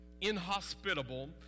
inhospitable